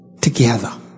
together